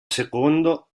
secondo